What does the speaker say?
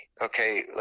okay